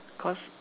cause